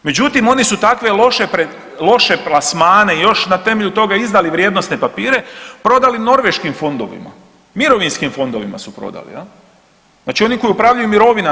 Međutim, oni su takve loše plasmane još na temelju toga izdali vrijednosne papire, prodali norveškim fondovima, mirovinskim fondovima su prodali, znači oni koji upravljaju mirovinama.